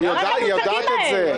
היא יודעת את זה?